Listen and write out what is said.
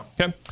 Okay